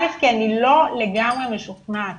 א', כי אני לא לגמרי משוכנעת